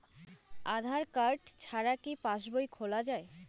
আধার card ছাড়া কি পাসবই খোলা যায়?